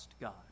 God